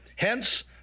Hence